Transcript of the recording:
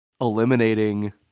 eliminating